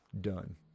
done